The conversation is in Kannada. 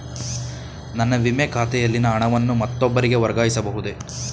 ನನ್ನ ವಿಮೆ ಖಾತೆಯಲ್ಲಿನ ಹಣವನ್ನು ಮತ್ತೊಬ್ಬರಿಗೆ ವರ್ಗಾಯಿಸ ಬಹುದೇ?